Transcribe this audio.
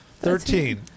Thirteen